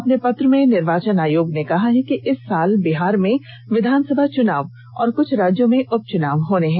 अपने पत्र में निर्वाचन आयोग ने कहा है कि इस साल बिहार में विधानसभा चुनाव और कुछ राज्यों में उप चुनाव होने हैं